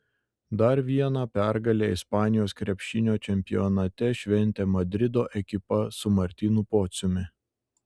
dar vieną pergalę ispanijos krepšinio čempionate šventė madrido ekipa su martynu pociumi